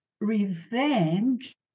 revenge